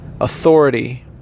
authority